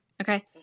Okay